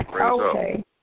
Okay